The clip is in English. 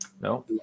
No